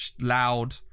loud